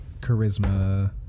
charisma